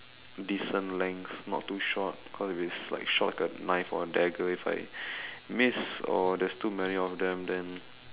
decent length not too short cause if it's like short like a knife or a dagger if I miss or there's too many of them then